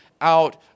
out